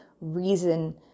reason